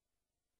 מסיים.